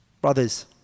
Brothers